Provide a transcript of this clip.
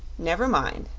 never mind,